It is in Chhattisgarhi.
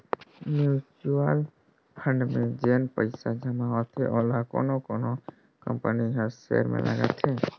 म्युचुअल फंड में जेन पइसा जमा होथे ओला कोनो कोनो कंपनी कर सेयर में लगाथे